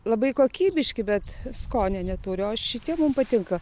labai kokybiški bet skonio neturi o šitie mum patinka